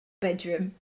bedroom